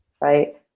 right